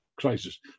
Crisis